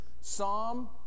Psalm